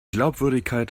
glaubwürdigkeit